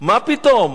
מה פתאום?